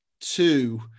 Two